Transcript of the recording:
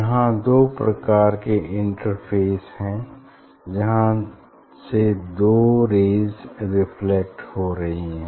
यहाँ दो प्रकार के इंटरफ़ेस हैं जहाँ से दो रेज़ रिफ्लेक्ट हो रही हैं